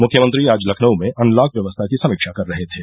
मुख्यमंत्री आज लखनऊ में अनलॉक व्यवस्था की समीक्षा कर रहे थे